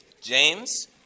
James